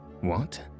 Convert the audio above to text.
What